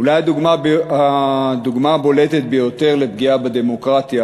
אולי הדוגמה הבולטת ביותר לפגיעה בדמוקרטיה